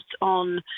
on